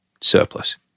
surplus